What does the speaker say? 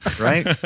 Right